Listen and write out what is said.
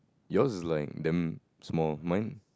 yours is like damn small mine